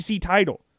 title